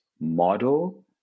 model